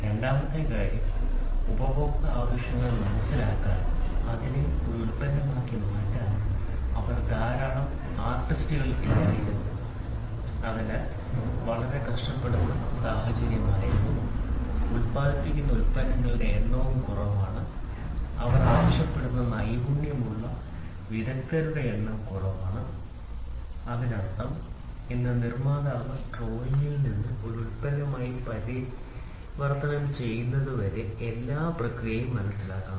രണ്ടാമത്തെ കാര്യം ഉപഭോക്തൃ ആവശ്യങ്ങൾ മനസിലാക്കാനും അതിനെ ഒരു ഉൽപ്പന്നമാക്കി മാറ്റാനും അവർ ധാരാളം ആർട്ടിസ്റ്റുകൾ ഇല്ലായിരുന്നു അതിനാൽ വളരെ കഷ്ടപ്പെടുന്ന സാഹചര്യമുണ്ടായിരുന്നു അതിൽ ഉൽപാദിപ്പിക്കുന്ന ഉൽപ്പന്നങ്ങളുടെ എണ്ണം കുറവാണ് അവർ ആവശ്യപ്പെടുന്ന നൈപുണ്യം ഉള്ള വിദഗ്ദ്ധരുടെ എണ്ണം കുറവാണ് അതിനർത്ഥം ഇന്ന് നിർമ്മാതാവ് ഡ്രോയിംഗിൽ നിന്ന് ഒരു ഉൽപ്പന്നമായി പരിവർത്തനം ചെയ്യുന്നതുവരെ അയാൾ എല്ലാ പ്രക്രിയയും മനസ്സിലാക്കണം